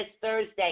Thursday